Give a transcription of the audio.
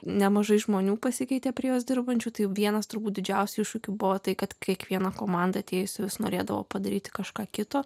nemažai žmonių pasikeitė prie jos dirbančių tai vienas turbūt didžiausių iššūkių buvo tai kad kiekviena komanda atėjus vis norėdavo padaryti kažką kito